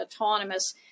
autonomous